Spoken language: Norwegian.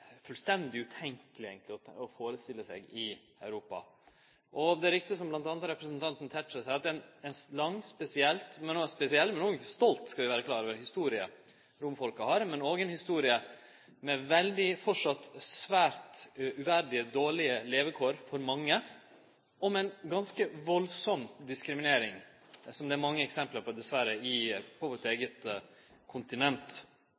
fullstendig utenkjeleg å førestille seg kunne vere i Europa. Det er riktig som bl.a. representanten Tetzschner sa, at det er ei lang, spesiell, men òg stolt historie – det skal vi vere klare over – som romfolket har. Men det er òg ei historie med framleis svært uverdige, dårlege levekår for mange, og med ei ganske grov diskriminering, som det dessverre er mange eksempel på på vårt eige kontinent.